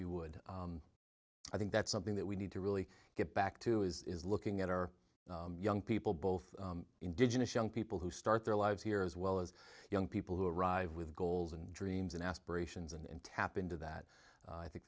you would i think that's something that we need to really get back to is looking at our young people both indigenous young people who start their lives here as well as young people who arrive with goals and dreams and aspirations and tap into that i think